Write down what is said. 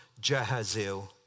Jehaziel